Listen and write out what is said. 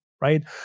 right